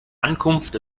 ankunft